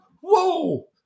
Whoa